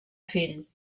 fill